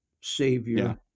savior